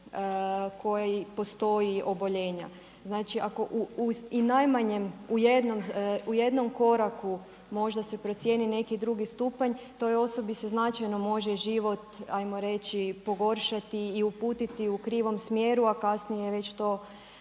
koji postoji oboljenja. Znači ako i u najmanjem, u jednom koraku možda se procijeni neki drugi stupanj toj osobi se značajno može život hajmo reći pogoršati i uputiti u krivom smjeru, a kasnije je to